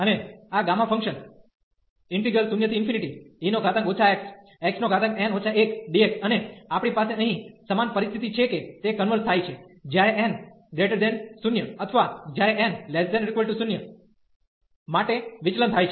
અને આ gamma function 0e xxn 1dx અને આપણી પાસે અહીં સમાન પરિસ્થિતિ છે કે તે કન્વર્ઝ થાય છે જ્યારે n 0 અથવા જ્યારે n≤0 માટે વિચલન થાય છે